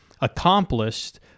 accomplished